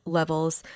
levels